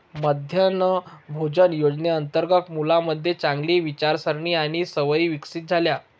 मध्यान्ह भोजन योजनेअंतर्गत मुलांमध्ये चांगली विचारसारणी आणि सवयी विकसित झाल्या